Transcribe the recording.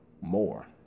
more